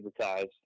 advertised